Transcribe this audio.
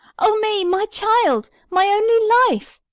o me my child, my only life!